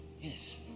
yes